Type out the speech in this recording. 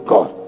God